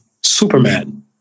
Superman